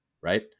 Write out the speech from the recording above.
right